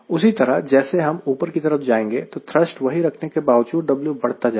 उसी तरह जैसे हम ऊपर की तरफ जाएंगे तो थ्रस्ट वही रखने के बावजूद W बढ़ता जाएगा